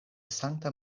sankta